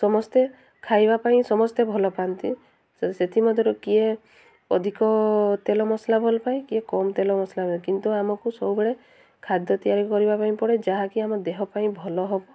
ସମସ୍ତେ ଖାଇବା ପାଇଁ ସମସ୍ତେ ଭଲ ପାଆନ୍ତି ସେଥିମଧ୍ୟରୁ କିଏ ଅଧିକ ତେଲ ମସଲା ଭଲ ପାଏ କିଏ କମ୍ ତେଲ ମସଲା କିନ୍ତୁ ଆମକୁ ସବୁବେଳେ ଖାଦ୍ୟ ତିଆରି କରିବା ପାଇଁ ପଡ଼େ ଯାହାକି ଆମ ଦେହ ପାଇଁ ଭଲ ହେବ